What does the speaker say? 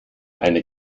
eine